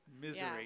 Misery